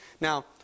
Now